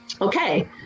okay